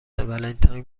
ولنتاین